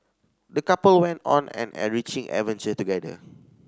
the couple went on an enriching adventure together